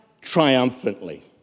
triumphantly